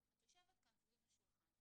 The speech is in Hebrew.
את יושבת כאן סביב השולחן,